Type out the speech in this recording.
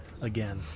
Again